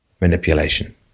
manipulation